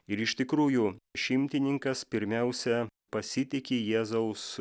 ir iš tikrųjų šimtininkas pirmiausia pasitiki jėzaus